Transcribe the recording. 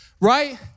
right